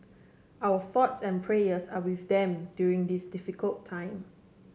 our thoughts and prayers are with them during this difficult time